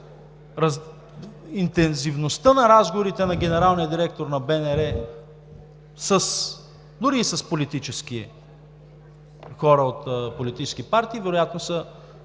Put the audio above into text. интензивността на разговорите на генералния директор на БНР дори и с политически хора от политически партии вероятно са